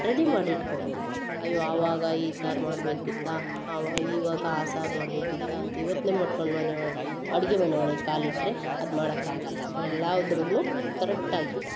ready ಮಾಡಿ ಇಟ್ಕೊಬೇಕು ಅಯ್ಯೋ ಆವಾಗ ಈ ಸಾರು ಮಾಡಬೇಕಿತ್ತಾ ಆವ ಈವಾಗ ಆ ಸಾರು ಮಾಡಬೇಕಿತ್ತಾ ಅಂತ ಯೋಚ್ನೆ ಮಾಡ್ಕೊಂಡು ಮನೇವ್ ಅಡಿಗೆ ಮನೆ ಒಳಗೆ ಕಾಲು ಇಟ್ಟರೆ ಅದು ಮಾಡಕ್ಕಾಗಲ್ಲ ಎಲ್ಲಾದ್ರಲ್ಲೂ ಕರೆಕ್ಟಾಗಿ